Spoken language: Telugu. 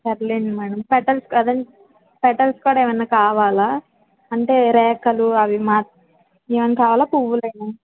సర్లేండి మేడం పెటల్స్ కూడా పెటల్స్ కూడా ఏమన్నా కావాలా అంటే రేకులు అవి మాత్రం ఇంకేమన్నా కావాలా పువ్వులేనా